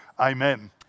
Amen